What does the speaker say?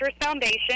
Foundation